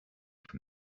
from